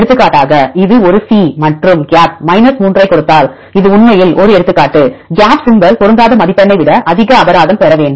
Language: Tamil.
எடுத்துக்காட்டாக இது ஒரு C மற்றும் கேப் 3 ஐக் கொடுத்தால் இது உண்மையில் ஒரு எடுத்துக்காட்டு கேப் சிம்பள் பொருந்தாத மதிப்பெண்ணை விட அதிக அபராதம் பெற வேண்டும்